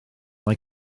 mae